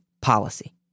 policy